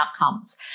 outcomes